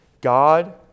God